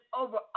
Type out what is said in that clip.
over